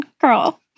girl